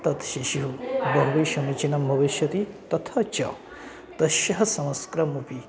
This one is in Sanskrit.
तत् शिशुः बहु समीचिनं भविष्यति तथा च तस्य संस्कारमपि